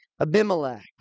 Abimelech